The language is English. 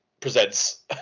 presents